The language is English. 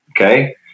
Okay